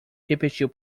repetiu